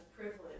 privilege